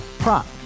Prop